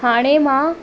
हाणे मां